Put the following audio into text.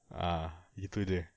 ah gitu jer